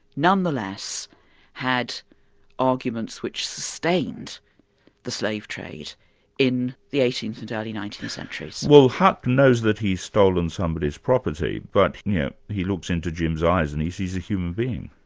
nonetheless had arguments which sustained the slave trade in the eighteenth and early nineteenth centuries. well huck knows that he's stolen somebody's property, but yeah he looks into jim's eyes and he sees a human being.